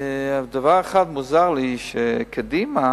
דבר אחד מוזר לי, שקדימה